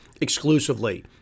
exclusively